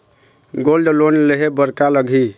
Gold loan लेहे बर का लगही?